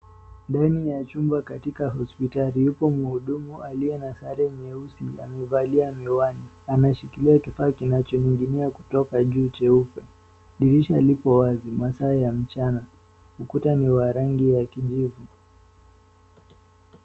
Ndani ya chumba katika hospitali, yupo mhudumu aliye na sare nyeusi amevalia miwani. Anashikilia kifaa kinachoning'inia kutoka juu cheupe. Dirisha liko wazi. Masaa ya mchana. Ukuta ni wa rangi ya kijivu.